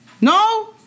No